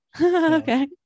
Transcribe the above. Okay